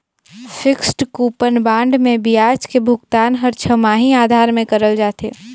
fixed coupon bond मे बियाज के भुगतान हर छमाही आधार में करल जाथे